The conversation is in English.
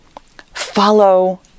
follow